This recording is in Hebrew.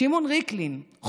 שמעון ריקלין,